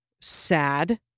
sad